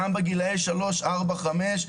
גם בגילאי שלוש-ארבע-חמש.